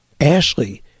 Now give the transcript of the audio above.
Ashley